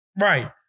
right